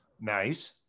Nice